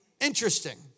Interesting